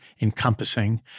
encompassing